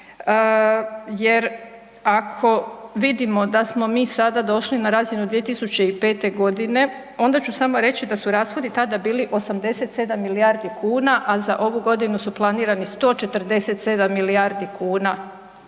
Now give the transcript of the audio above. jer ako vidimo da smo mi sada došli na razinu 2005.g. onda ću samo reći da su rashodi tada bili 87 milijardi kuna, a za ovu godinu su planirani 147 milijardi kuna